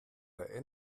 der